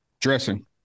Dressing